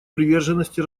приверженности